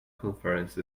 conference